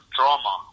drama